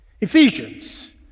Ephesians